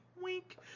Wink